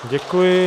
Děkuji.